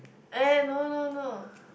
eh no no no